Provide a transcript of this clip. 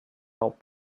help